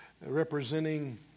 representing